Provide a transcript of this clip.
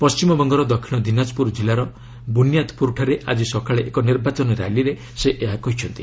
ପଶ୍ଚିମବଙ୍ଗର ଦକ୍ଷିଣ ଦିନାଜପୁର ଜିଲ୍ଲାର ବୁନିଆଦ୍ପୁରଠାରେ ଆଜି ସକାଳେ ଏକ ନିର୍ବାଚନ ର୍ୟାଲିରେ ସେ ଏହା କହିଛନ୍ତି